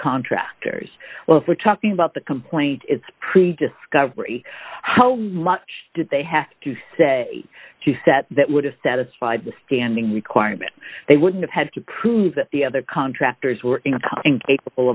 contractors well if we're talking about the complaint it's pretty discovery how much did they have to say that that would have satisfied the standing required that they would have had to prove that the other contractors were incapable